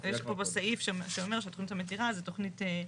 יש פה סעיף שאומר שהתכנית המתירה זאת תכנית.